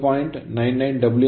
99 W i 0